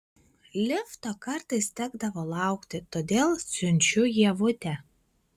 lifto kartais tekdavo laukti todėl siunčiu ievutę